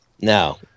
no